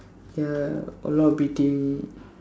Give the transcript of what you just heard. ya a lot of beating